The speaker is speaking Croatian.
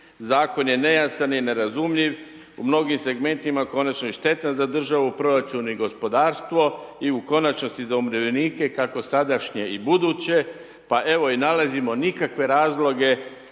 zakon je nejasan i nerazumljiv. U mnogim segmentima konačno je štetan za državu, proračun i gospodarstvo i u konačnici za umirovljenike, kako sadašnje i buduće. Pa evo, nalazimo nikakve razloge,